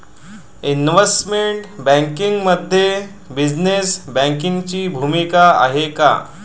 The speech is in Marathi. इन्व्हेस्टमेंट बँकिंगमध्ये बिझनेस बँकिंगची भूमिका काय आहे?